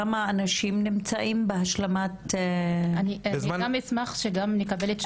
כמה אנשים נמצאים בהשלמת- -- אני גם אשמח לקבל תשובה.